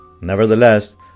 Nevertheless